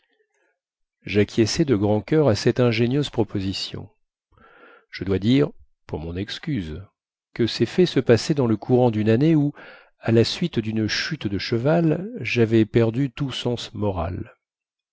louis jacquiesçai de grand coeur à cette ingénieuse proposition je dois dire pour mon excuse que ces faits se passaient dans le courant dune année où à la suite dune chute de cheval javais perdu tout sens moral